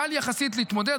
קל יחסית להתמודד,